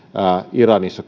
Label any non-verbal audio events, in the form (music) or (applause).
iranissa (unintelligible)